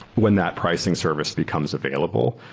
when that pricing service becomes available,